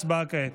הצבעה כעת.